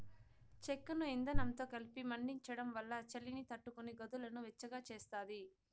చెక్కను ఇందనంతో కలిపి మండించడం వల్ల చలిని తట్టుకొని గదులను వెచ్చగా చేస్తాది